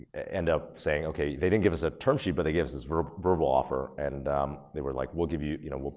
end up saying, okay, they didn't give us a term sheet, but they gave us this verbal verbal offer and they were like, we'll give you you know,